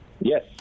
Yes